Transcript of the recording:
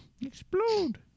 Explode